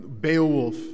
Beowulf